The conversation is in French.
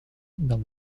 dans